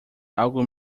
algo